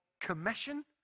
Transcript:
commission